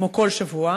כמו כל שבוע,